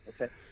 okay